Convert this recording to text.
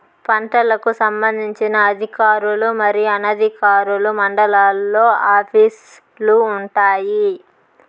పంటలకు సంబంధించిన అధికారులు మరియు అనధికారులు మండలాల్లో ఆఫీస్ లు వుంటాయి?